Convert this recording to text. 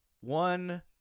one